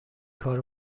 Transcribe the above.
کار